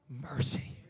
mercy